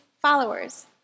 followers